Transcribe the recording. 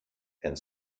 and